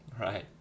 Right